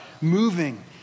moving